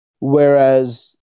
Whereas